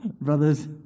brothers